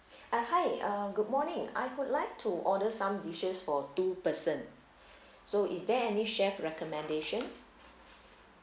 uh hi uh good morning I would like to order some dishes for two person so is there any chef's recommendation